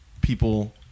people